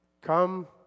Come